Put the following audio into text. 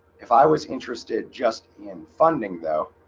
if i was interested just in funding though.